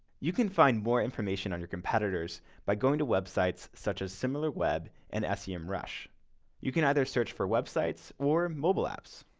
you can find more information on your competitors by going to websites such as similarweb and yeah semrush. you can either search for websites or mobile apps.